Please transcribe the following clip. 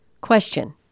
Question